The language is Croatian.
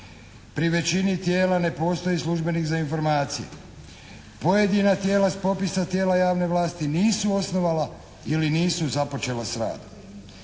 Pri većini tijela ne postoji službenik za informacije. Pojedina tijela s popisa tijela javne vlasti nisu osnovala ili nisu započela sa radom.